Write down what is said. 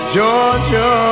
Georgia